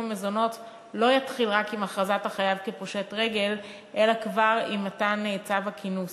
מזונות לא יתחיל רק עם הכרזת החייב כפושט רגל אלא כבר עם מתן צו הכינוס.